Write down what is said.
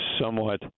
somewhat